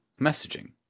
messaging